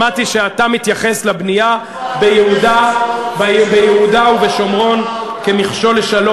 שמעתי שאתה מתייחס לבנייה ביהודה ושומרון כמכשול לשלום.